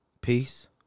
peace